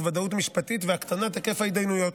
ודאות משפטית והקטנת היקף ההתדיינויות.